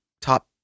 top